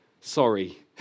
Sorry